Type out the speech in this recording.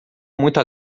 muito